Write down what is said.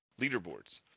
leaderboards